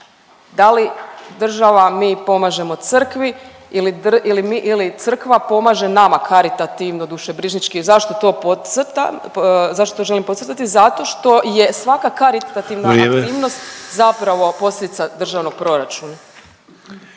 Da li država, mi pomažemo crkvi ili crkva pomaže nama karitativno, dušebrižnički. Zašto želim to podcrtati? Zato što je svaka karitativna aktivnost … …/Upadica Sanader: